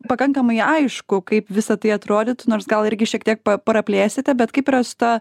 pakankamai aišku kaip visa tai atrodytų nors gal irgi šiek tiek praplėsite bet kaip yra su ta